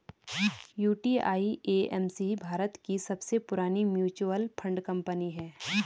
UTI AMC Bharat की सबसे पुरानी म्यूचुअल फंड कंपनी है